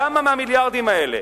כמה מהמיליארדים האלה,